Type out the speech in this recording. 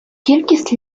кількість